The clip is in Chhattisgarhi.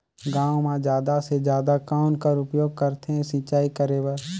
गांव म जादा से जादा कौन कर उपयोग करथे सिंचाई करे बर?